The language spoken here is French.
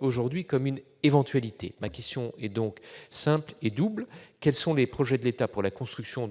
aujourd'hui comme une éventualité. Ma question est donc simple et double : quels sont les projets de l'État pour la construction